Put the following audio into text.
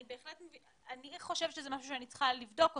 אני חושבת שזה משהו שאני צריכה לבדוק אותו.